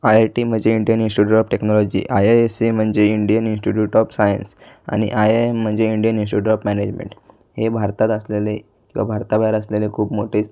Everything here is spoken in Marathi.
आय आय टी म्हणजे Indian institute of technology I I S C म्हणजे इंडियन इंस्टिट्यूट ऑफ सायन्स आणि आय आय एम म्हणजे इंडियन इंस्टिट्यूट ऑफ मॅनेजमेंट हे भारतात असलेले किंवा भारताबाहेर असलेले खूप मोठे